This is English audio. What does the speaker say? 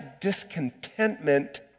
discontentment